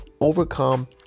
overcome